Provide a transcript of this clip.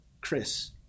Chris